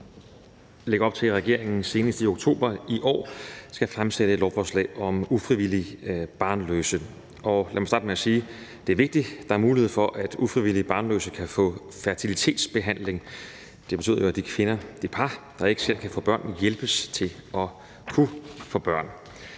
lægger op til, at regeringen senest i oktober i år skal fremsætte et lovforslag om ufrivilligt barnløse. Lad mig starte med at sige, at det er vigtigt, at der er mulighed for, at ufrivilligt barnløse kan få fertilitetsbehandling. Det betyder jo, at de kvinder, de par, der ikke selv kan få børn, hjælpes til at kunne få børn.